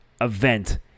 event